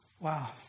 Wow